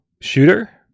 shooter